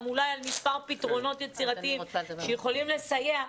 גם אולי על מספר פתרונות יצירתיים שיכולים לסייע.